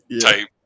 type